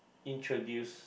introduce